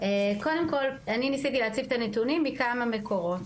קודם כל אני ניסיתי להשיג את הנתונים מכמה מקורות,